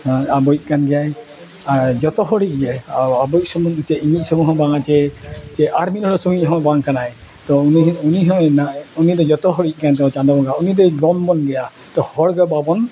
ᱟᱵᱚᱭᱤᱡ ᱠᱟᱱ ᱜᱮᱭᱟᱭ ᱟᱨ ᱡᱚᱛᱚ ᱦᱚᱲᱤᱡ ᱜᱮ ᱟᱵᱚᱭᱤᱡ ᱥᱩᱢᱩᱝ ᱫᱚ ᱪᱮᱫ ᱤᱧᱟᱹ ᱥᱩᱢᱩᱝ ᱦᱚᱸ ᱵᱟᱝᱟ ᱡᱮ ᱟᱨ ᱢᱤᱫ ᱦᱚᱲᱤᱡ ᱥᱩᱢᱩᱝ ᱦᱚᱸ ᱵᱟᱝ ᱠᱟᱱᱟᱭ ᱛᱚ ᱩᱱᱤ ᱦᱚᱸ ᱩᱱᱤ ᱫᱚ ᱡᱚᱛᱚ ᱦᱚᱲᱤᱡ ᱠᱟᱱ ᱛᱟᱵᱚᱱᱟᱭ ᱪᱟᱸᱫᱚ ᱵᱚᱸᱜᱟ ᱩᱱᱤ ᱫᱚᱭ ᱵᱚᱱ ᱜᱮᱭᱟ ᱛᱚ ᱦᱚᱲ ᱜᱮ ᱵᱟᱵᱚᱱ